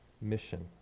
mission